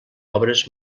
obres